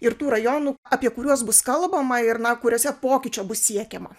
ir tų rajonų apie kuriuos bus kalbama ir na kuriuose pokyčio bus siekiama